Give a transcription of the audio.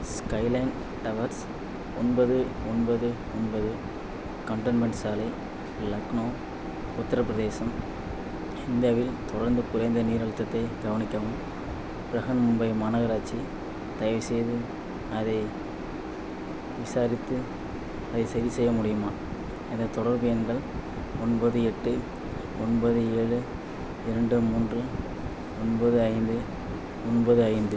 skyline towers ஒன்பது ஒன்பது ஒன்பது கன்டோன்மென்ட் சாலை லக்னோ உத்தரப்பிரதேசம் இந்தியாவில் தொடர்ந்து குறைந்த நீர் அழுத்தத்தைக் கவனிக்கவும் பிரஹன்மும்பை மாநகராட்சி தயவுசெய்து அதை விசாரித்து அதை சரிசெய்ய முடியுமா எனது தொடர்பு எண்கள் ஒன்பது எட்டு ஒன்பது ஏழு இரண்டு மூன்று ஒன்பது ஐந்து ஒன்பது ஐந்து